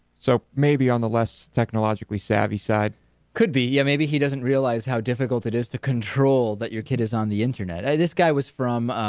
so maybe on the less technologically savvy side. david could be. yeah, maybe he doesn't realize how difficult it is to control that your kid is on the internet. this guy was from.